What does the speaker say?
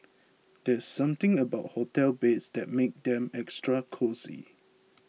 there's something about hotel beds that makes them extra cosy